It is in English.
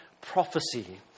prophecy